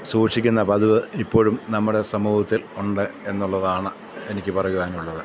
സൂക്ഷിക്കുന്ന പതിവ് ഇപ്പോഴും നമ്മുടെ സമൂഹത്തിലുണെന്നുള്ളതാണ് എനിക്ക് പറയുവാനുള്ളത്